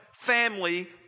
family